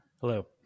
Hello